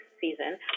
season